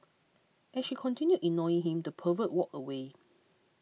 as she continued ignoring him the pervert walked away